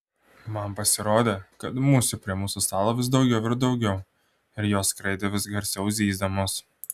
man pasirodė kad musių prie mūsų stalo vis daugiau ir daugiau ir jos skraidė vis garsiau zyzdamos